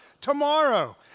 tomorrow